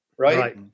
right